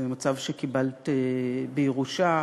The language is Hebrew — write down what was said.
זה מצב שקיבלת בירושה,